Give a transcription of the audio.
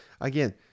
again